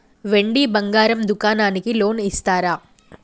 వెండి బంగారం దుకాణానికి లోన్ ఇస్తారా?